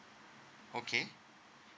okay